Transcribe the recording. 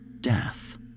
death